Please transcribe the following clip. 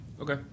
Okay